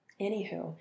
Anywho